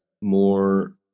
more